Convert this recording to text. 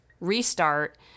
restart